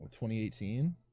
2018